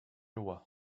loi